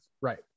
Right